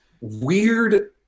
weird